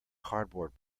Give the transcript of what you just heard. cardboard